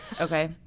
Okay